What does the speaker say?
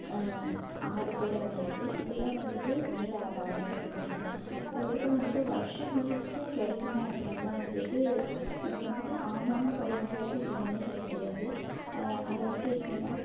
ஆறு கூட ஒன்று இருக்குது இதெல்லாம் வந்துட்டு நீர் ஆதாரங்கள் அப்படினு சொல்கிறாங்க அதுக்கப்புறம் வந்துட்டு வருடம் முழுதும் கிடைக்குமா அப்படினா வந்துட்டு இதுக்கு வந்துட்டு ஆமாணும் சொல்ல முடியாது இல்லைணும் சொல்ல முடியாது அது வந்துட்டு எப்படினா